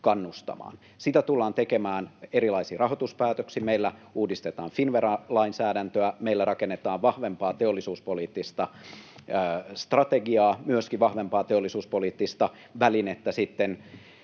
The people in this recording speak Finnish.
Sitä tullaan tekemään erilaisin rahoituspäätöksin. Meillä uudistetaan Finnvera-lainsäädäntöä, meillä rakennetaan vahvempaa teollisuuspoliittista strate- giaa, myöskin vahvempaa teollisuuspoliittista välinettä